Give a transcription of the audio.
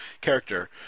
character